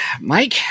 Mike